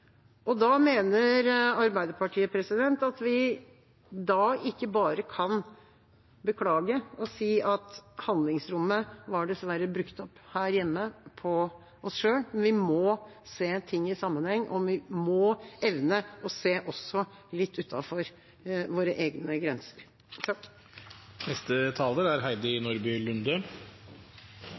Da mener Arbeiderpartiet at vi ikke bare kan beklage og si at handlingsrommet dessverre var brukt opp på oss selv her hjemme. Vi må se ting i sammenheng, og vi må evne også å se litt utenfor våre egne grenser.